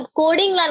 coding